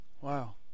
Wow